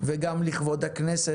וגם לכבוד הכנסת,